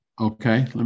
Okay